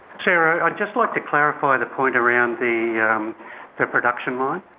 sarah, i'd just like to clarify the point around the um the production line.